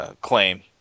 Claim